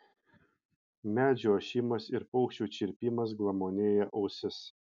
medžių ošimas ir paukščių čirpimas glamonėja ausis